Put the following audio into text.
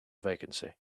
vacancy